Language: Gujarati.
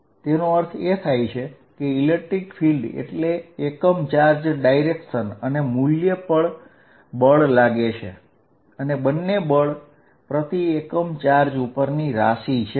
તેનો અર્થ એ થાય છે કે વિદ્યુતક્ષેત્ર એટલે બળ પ્રતિ એકમ ચાર્જ દિશા અને મૂલ્ય બંને બળ પ્રતિ એકમ ચાર્જ ને સમકક્ષ છે